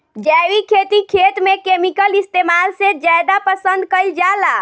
जैविक खेती खेत में केमिकल इस्तेमाल से ज्यादा पसंद कईल जाला